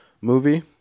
movie